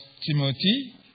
Timothy